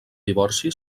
divorci